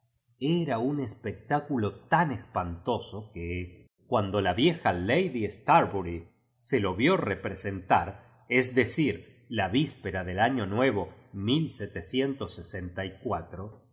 era un espectáculo tan espantoso que cuando la vieja lady stnrbury se jo vio representar es decir la víspera del uño nuevo